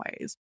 ways